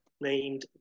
named